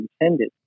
intended